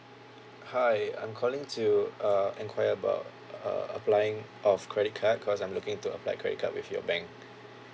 hi I'm calling to uh enquire about uh applying of credit card because I'm looking to apply credit card with your bank